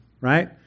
right